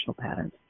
patterns